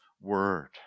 word